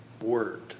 word